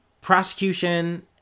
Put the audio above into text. prosecution